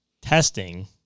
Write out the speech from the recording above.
testing